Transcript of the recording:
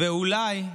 ואולי,